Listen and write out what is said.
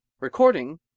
Recording